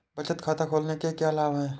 बचत खाता खोलने के क्या लाभ हैं?